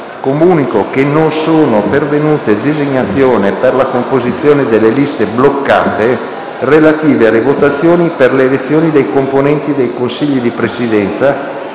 Comunico che non sono pervenute designazioni per la composizione delle liste bloccate relative alle votazioni per le elezioni dei componenti dei Consigli di Presidenza